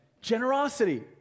generosity